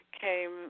came